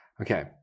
Okay